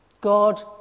God